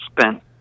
spent